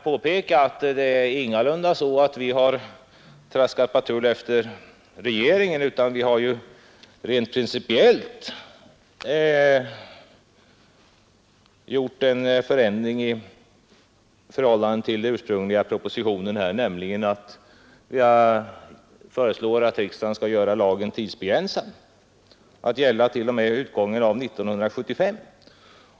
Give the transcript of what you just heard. Det är ingalunda så att vi traskat patrullo bakom regeringen, utan vi har ju föreslagit en principiell förändring i förhållande till propositionsförslaget. Utskottet föreslår nämligen att lagen skall göras tidsbegränsad och gälla till utgången av år 1975.